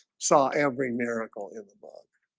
saw every miracle in the book